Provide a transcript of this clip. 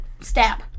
Stab